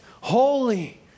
holy